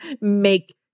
make